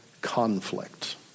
conflict